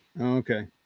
Okay